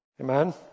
Amen